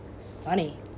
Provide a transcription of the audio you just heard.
sunny